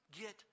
get